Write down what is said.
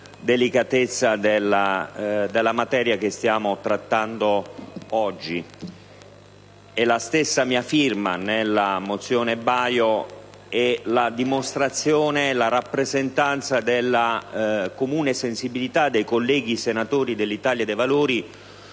delicatezza della materia che stiamo trattando oggi. La stessa mia firma alla mozione della senatrice Baio testimonia la comune sensibilità dei colleghi senatori dell'Italia dei Valori